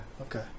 okay